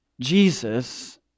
Jesus